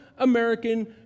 American